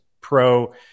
pro